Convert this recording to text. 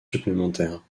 supplémentaire